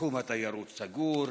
תחום התיירות סגור,